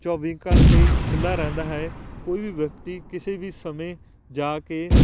ਚੌਵੀ ਘੰਟੇ ਖੁੱਲ੍ਹਾ ਰਹਿੰਦਾ ਹੈ ਕੋਈ ਵੀ ਵਿਅਕਤੀ ਕਿਸੇ ਵੀ ਸਮੇਂ ਜਾ ਕੇ